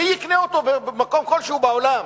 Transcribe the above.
מי יקנה אותו במקום כלשהו בעולם?